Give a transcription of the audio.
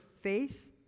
faith